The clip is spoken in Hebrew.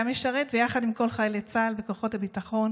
ויחד עם כל חיילי צה"ל וכוחות הביטחון